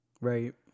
Right